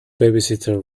babysitter